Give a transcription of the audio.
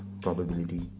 probability